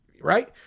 Right